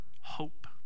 hope